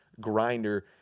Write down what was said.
grinder